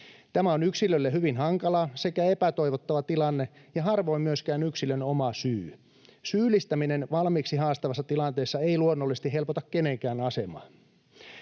Tämä on yksilölle hyvin hankala sekä epätoivottava tilanne ja harvoin myöskään yksilön oma syy. Syyllistäminen valmiiksi haastavassa tilanteessa ei luonnollisesti helpota kenenkään asemaa.